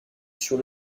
sur